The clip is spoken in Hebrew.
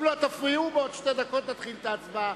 אם לא תפריעו, בעוד שתי דקות נתחיל את ההצבעה.